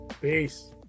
Peace